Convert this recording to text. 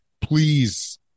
please